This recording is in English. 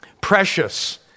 precious